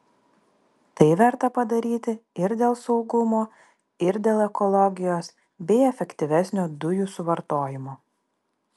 tai verta padaryti ir dėl saugumo ir dėl ekologijos bei efektyvesnio dujų suvartojimo